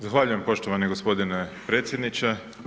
Zahvaljujem poštovani gospodine predsjedniče.